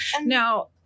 Now